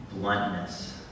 bluntness